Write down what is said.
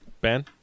Ben